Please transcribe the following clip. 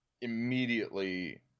immediately